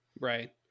Right